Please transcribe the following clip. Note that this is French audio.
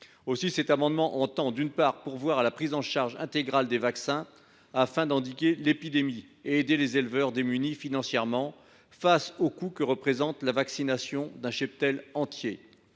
Aussi cet amendement vise t il à pourvoir à la prise en charge intégrale des vaccins afin d’endiguer l’épidémie et d’aider les éleveurs démunis financièrement face au coût que représente la vaccination d’un cheptel entier.